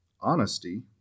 honesty